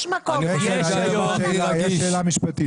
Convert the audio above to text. יש שאלה משפטית.